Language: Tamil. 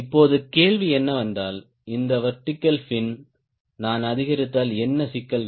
இப்போது கேள்வி என்னவென்றால் இந்த வெர்டிகல் பின் நான் அதிகரித்தால் என்ன சிக்கல்கள்